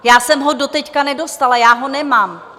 Já jsem ho doteď nedostala, já ho nemám.